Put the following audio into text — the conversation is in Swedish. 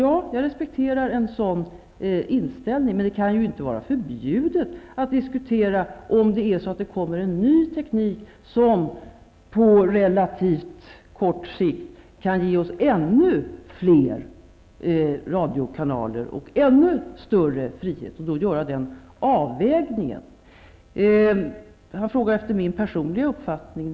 Ja, jag respekterar en sådan inställning, men det kan ju inte vara förbjudet att föra en diskussion, om det kommer en ny teknik som på relativt kort sikt kan ge oss ännu fler radiokanaler och ännu större frihet samt då göra en avvägning. Han frågar efter min personliga uppfattning.